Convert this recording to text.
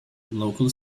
local